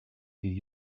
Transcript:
did